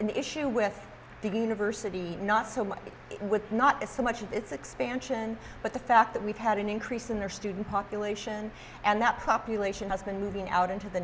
an issue with the university not so much with not so much of its expansion but the fact that we've had an increase in their student population and that population has been moving out into the